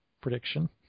prediction